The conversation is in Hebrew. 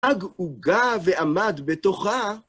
עג עוגה ועמד בתוכה.